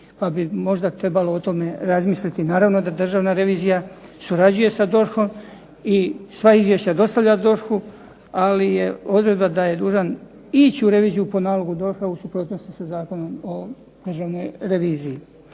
pa bi možda o tome trebalo razmisliti. Naravno da Državna revizija surađuje sa DORH-om i sva izvješća dostavlja DORH-u ali je odredba da je dužan ići u reviziju po nalogu DORH-a u suprotnosti sa Zakonom o državnoj reviziji.